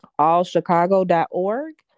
allchicago.org